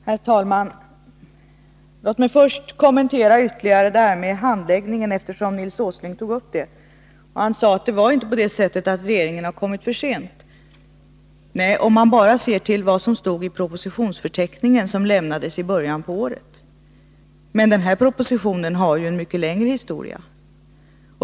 Herr talman! Låt mig först ytterligare kommentera detta med handläggningen, eftersom Nils Åsling tog upp den saken. Han sade att det inte var på det sättet att regeringen kommit för sent. Nej, inte om man bara ser till vad som stod i propositionsförteckningen, som lämnades i början på året. Men den här propositionen har ju en mycket längre historia.